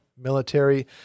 military